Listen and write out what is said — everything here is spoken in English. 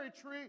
tree